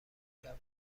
کرد